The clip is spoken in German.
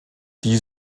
die